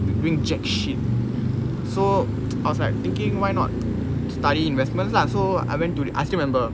was doing jack shit so I was like thinking why not study investments lah so I went to I still remember